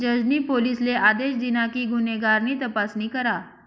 जज नी पोलिसले आदेश दिना कि गुन्हेगार नी तपासणी करा